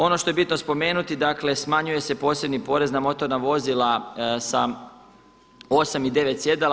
Ono što je bitno spomenuti, dakle, smanjuje se posebni porez na motorna vozila sa 8 i 9 sjedala.